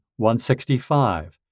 165